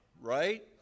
right